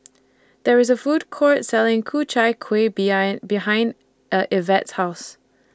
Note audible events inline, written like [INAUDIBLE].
There IS A Food Court Selling Ku Chai Kueh [UNINTELLIGIBLE] behind [HESITATION] Evette's House